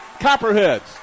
Copperheads